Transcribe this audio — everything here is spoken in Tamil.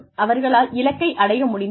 அவர்களால் இலக்கை அடைய முடிந்ததா